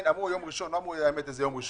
אמרו יום ראשון, האמת שלא אמרו איזה יום ראשון.